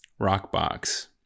Rockbox